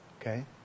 Okay